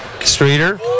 Streeter